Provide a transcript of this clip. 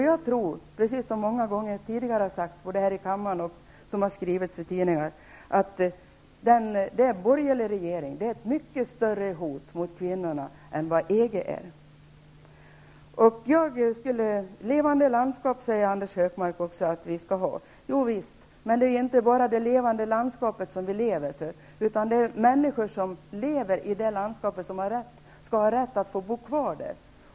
Jag tror -- precis som många gånger tidigare har sagts här i kammaren och som har skrivits i tidningar -- att den borgerliga regeringen är ett mycket större hot mot kvinnorna än EG. Anders G Högmark säger också att vi skall har ett levande landskap. Jo visst, men det är ju inte bara det levande landskapet vi lever för, utan människor som lever i det landskapet skall också ha rätt att bo kvar där.